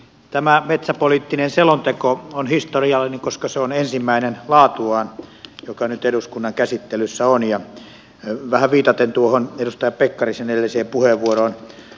tämä metsäpoliittinen selonteko on historiallinen koska se on ensimmäinen laatuaan joka nyt eduskunnan käsittelyssä on ja vähän viitaten tuohon edustaja pekkarisen edelliseen puheenvuoroon